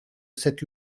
cette